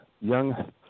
young, –